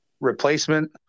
replacement